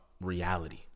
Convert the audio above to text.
reality